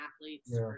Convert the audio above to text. athletes